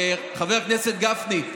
חבר הכנסת גפני,